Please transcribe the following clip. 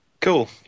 Cool